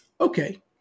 okay